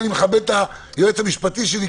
כי אני מכבד את היועץ המשפטי שלי,